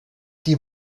die